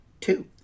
Two